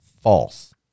false